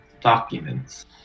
documents